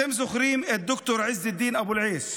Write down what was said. אתם זוכרים את ד"ר עז א-דין אבו אל-עייש,